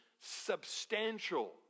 substantial